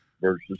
versus